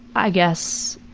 i guess,